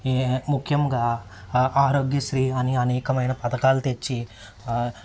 ఈ ముఖ్యముగా ఆరోగ్యశ్రీ అని అనేకమైన పథకాలు తెచ్చి